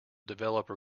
developer